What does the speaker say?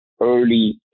early